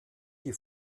die